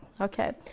Okay